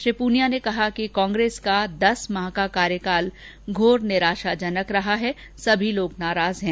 श्री पूनिया ने कहा कि कांग्रेस का दस माह का कार्यकाल घोर निराशाजनक रहा है सभी लोग नाराज है